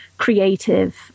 creative